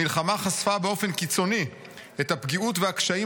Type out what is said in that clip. המלחמה חשפה באופן קיצוני את הפגיעות והקשיים